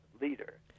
leader